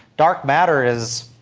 dark matter is,